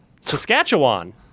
Saskatchewan